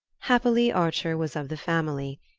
happily archer was of the family,